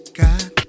got